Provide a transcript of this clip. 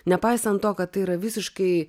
nepaisant to kad tai yra visiškai